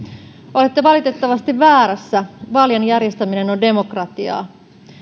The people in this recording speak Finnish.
olette valitettavasti väärässä vaalien järjestäminen on demokratiaa